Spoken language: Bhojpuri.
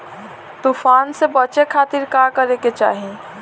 तूफान से बचे खातिर का करे के चाहीं?